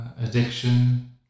addiction